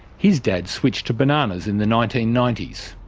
his dad switched to bananas in the nineteen ninety s.